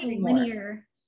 linear